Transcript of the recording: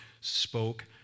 spoke